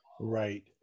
Right